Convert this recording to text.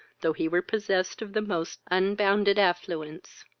though he were possessed of the most unbounded affluence.